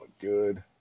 good